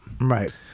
Right